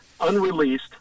unreleased